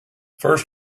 first